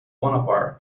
bonaparte